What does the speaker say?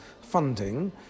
funding